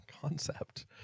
concept